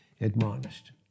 Admonished